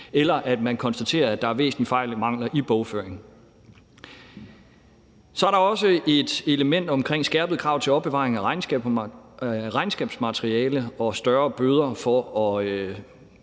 eller hvis man konstaterer, at der er væsentlige fejl og mangler i bogføringen. Så er der også et element omkring skærpede krav til opbevaring af regnskabsmateriale og større bøder for at